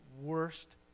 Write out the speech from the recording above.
worst